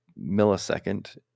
millisecond